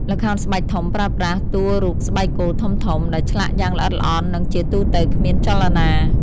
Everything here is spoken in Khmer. ល្ខោនស្បែកធំប្រើប្រាស់ តួរូបស្បែកគោធំៗ ដែលឆ្លាក់យ៉ាងល្អិតល្អន់ និងជាទូទៅគ្មានចលនា។